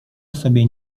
sobie